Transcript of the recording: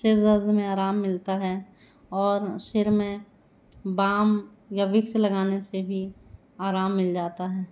सिरदर्द में आराम मिलता है और सिर में बाम या विक्स लगाने से भी आराम मिल जाता है